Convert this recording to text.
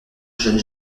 jeune